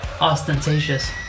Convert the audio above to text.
ostentatious